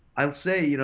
i'll say, you know